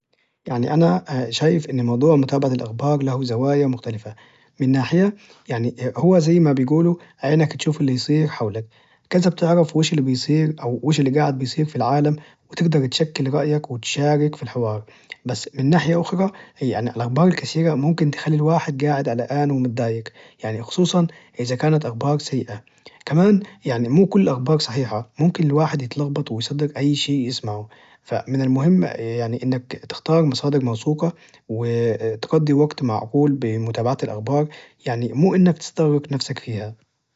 يعني أنا شايف انه موضوع متابعة الأخبار له زوايا مختلفة من ناحية يعني هو زي ما بيقولوا عينك تشوف اللي يصير حولك كذا بتعرف وش اللي بيصير اووش اللي جاعد يصير في العالم وتجدر تشكل رأيك وتشارك في الحوار بس من ناحية أخرى الأخبار الكثيرة ممكن تخلي الواحد جاعد قلقان ومتضايج يعني خصوصا إذا كانت اخبار سيئة كمان يعني مو كل الأخبار صحيحة ممكن الواحد يتلغبط ويصدق اي شي يسمعه ف من المهم اا يعني إنك تختار مصادر موثوقة وتجضي وقت معقول بمتابعة الأخبار مو إنك تستغرق نفسك فيها